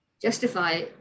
justify